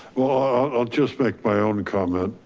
ah i'll just make my own comment.